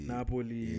Napoli